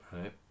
Right